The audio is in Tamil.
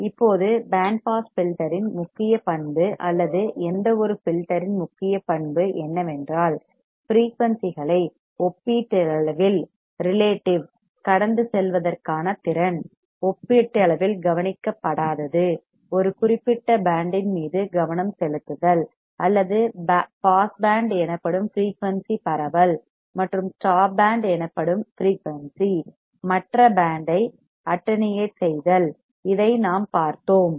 இப்போது பேண்ட் பாஸ் ஃபில்டர் இன் முக்கிய பண்பு அல்லது எந்தவொரு ஃபில்டர் இன் முக்கிய பண்பு என்னவென்றால் ஃபிரீயூன்சிகளை ஒப்பீட்டளவில் ரிலேடிவ் கடந்து செல்வதற்கான திறன் ஒப்பீட்டளவில் ரிலேடிவ் கவனிக்கப்படாதது ஒரு குறிப்பிட்ட பேண்ட் இன் மீது கவனம் செலுத்துதல் அல்லது பாஸ் பேண்ட் எனப்படும் ஃபிரீயூன்சி பரவல் மற்றும் ஸ்டாப் பேண்ட் எனப்படும் ஃபிரீயூன்சி மற்ற பேண்ட் ஐக் அட்டென்யேட் செய்தல் இதை நாம் பார்த்துள்ளோம்